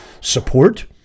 support